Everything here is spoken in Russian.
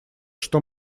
что